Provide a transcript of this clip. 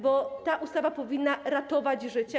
Bo ta ustawa powinna ratować życie.